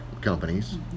companies